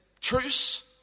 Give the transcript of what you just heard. truce